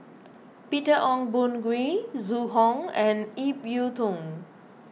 Peter Ong Boon Kwee Zhu Hong and Ip Yiu Tung